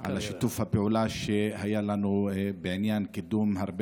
על שיתוף הפעולה שהיה לנו בקידום הרבה